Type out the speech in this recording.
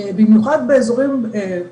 ושיורידו את כמות הרכבים הפרטיים.